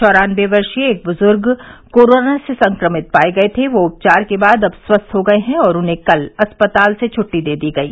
चौरानबे वर्षीय एक बुजुर्ग कोरोना से संक्रमित पाए गए थे वो उपचार के बाद अब स्वस्थ हो गए हैं और उन्हें कल अस्पताल से छुट्टी दे दी गई